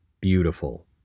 beautiful